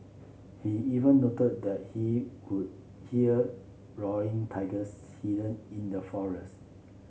he even noted that he could hear roaring tigers hidden in the forest